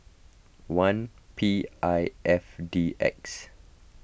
one P I F D X